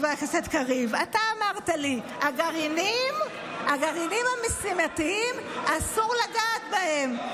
אתה אמרת לי: הגרעינים המשימתיים, אסור לגעת בהם.